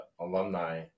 alumni